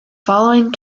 following